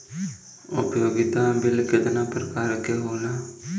उपयोगिता बिल केतना प्रकार के होला?